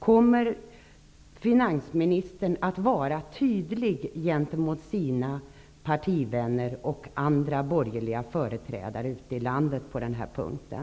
Kommer finansministern att vara tydlig gentemot sina partivänner och andra borgerliga företrädare ute i landet på den punkten?